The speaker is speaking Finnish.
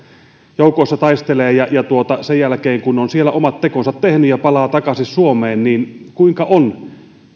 joukoissa taistelee sen jälkeen kun on siellä omat tekonsa tehnyt ja palaa takaisin suomeen niin kuinka on